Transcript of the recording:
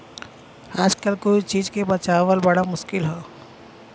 आजकल कोई चीज के बचावल बड़ा मुश्किल हौ